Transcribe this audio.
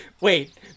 wait